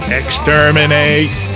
exterminate